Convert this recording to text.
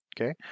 okay